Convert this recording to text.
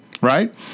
Right